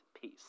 peace